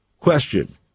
Question